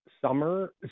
summer